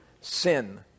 sin